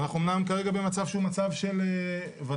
ואנחנו אומנם כרגע במצב שהוא מצב של בוודאי